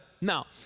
Now